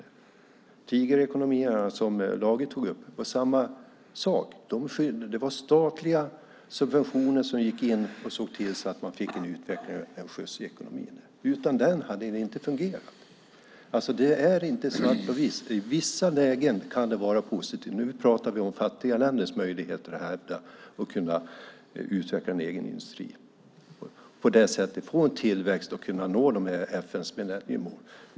Med tigerekonomierna, som Lage tog upp, var det samma sak. Det var statliga subventioner som sattes in och medförde att man fick en utveckling, en skjuts i ekonomin. Utan den hade det inte fungerat. Det är alltså inte svart och vitt. I vissa lägen kan det vara positivt. Nu pratar vi om fattiga länders möjligheter att hävda och utveckla en egen industri och på det sättet få en tillväxt och nå FN:s millenniemål.